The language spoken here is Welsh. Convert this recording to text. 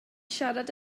siarad